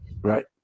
right